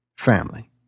family